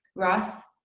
ross,